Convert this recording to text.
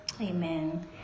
Amen